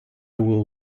will